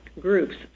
groups